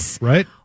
right